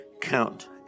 count